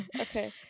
Okay